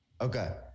Okay